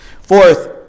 Fourth